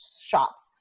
shops